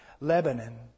Lebanon